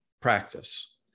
practice